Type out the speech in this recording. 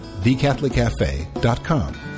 thecatholiccafe.com